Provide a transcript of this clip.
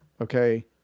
Okay